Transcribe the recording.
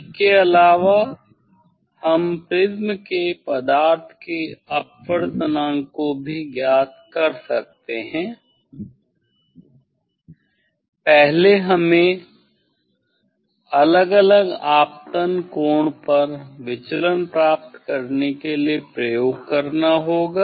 इसके अलावा हम प्रिज्म के पदार्थ के अपवर्तनांक को भी ज्ञात कर सकते हैं पहले हमें अलग अलग आपतन कोण पर विचलन प्राप्त करने के लिए प्रयोग करना होगा